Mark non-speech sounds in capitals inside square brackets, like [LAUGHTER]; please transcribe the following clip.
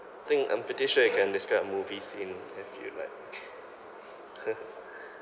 think I'm pretty sure you can describe a movie scene if you like [LAUGHS]